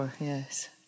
Yes